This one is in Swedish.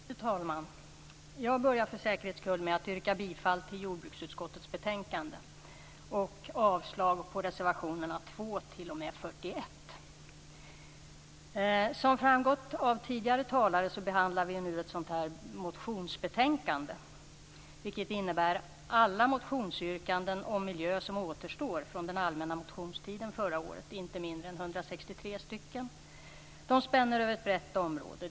Fru talman! Jag börjar för säkerhets skull med att yrka bifall till jordbruksutskottets betänkande och avslag på reservationerna 2-41. Som framgått av tidigare talare behandlar vi nu ett motionsbetänkande, vilket innebär alla motionsyrkanden om miljö som återstår från den allmänna motionstiden förra året, inte mindre än 163 stycken. De spänner över ett brett område.